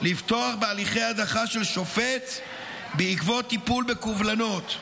לפתוח בהליכי הדחה של שופט בעקבות טיפול בקובלנות.